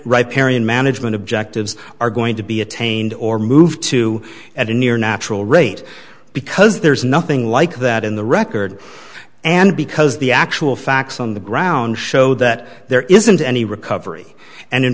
right parian management objectives are going to be attained or moved to at a near natural rate because there's nothing like that in the record and because the actual facts on the ground show that there isn't any recovery and in